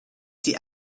see